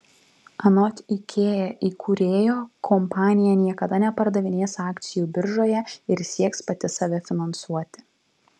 anot ikea įkūrėjo kompanija niekada nepardavinės akcijų biržoje ir sieks pati save finansuoti